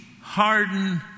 hardened